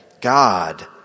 God